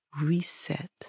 reset